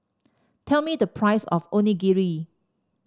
tell me the price of Onigiri